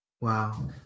Wow